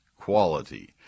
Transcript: quality